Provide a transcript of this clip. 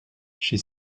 she